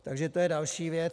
Takže to je další věc.